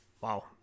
wow